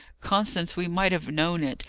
constance, we might have known it.